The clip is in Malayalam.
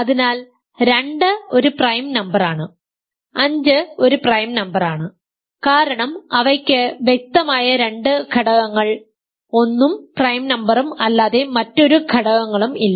അതിനാൽ 2 ഒരു പ്രൈം നമ്പറാണ് 5 ഒരു പ്രൈം നമ്പറാണ് കാരണം അവയ്ക്ക് വ്യക്തമായ രണ്ട് ഘടകങ്ങൾ 1 ഉം പ്രൈം നമ്പറും അല്ലാതെ മറ്റൊരു ഘടകങ്ങളും ഇല്ല